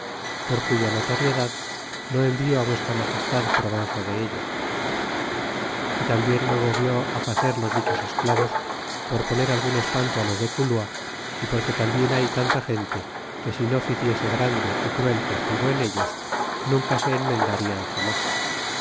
por cuya notoriedad no envio vuestra magestad pro banza de ello y tambien me movió facer los dichos esclavos por poner algun espanto los de cuba y porque tambien hay tanta gente que si no ficlese grande y cruel castigo en ellos nunca se emendarian jamas